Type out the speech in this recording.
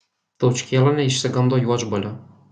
taučkėla neišsigando juodžbalio